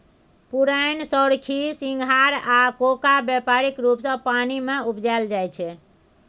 पुरैण, सोरखी, सिंघारि आ कोका बेपारिक रुप सँ पानि मे उपजाएल जाइ छै